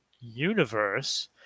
universe